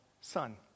son